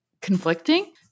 conflicting